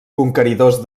conqueridors